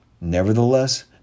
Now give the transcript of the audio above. Nevertheless